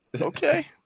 Okay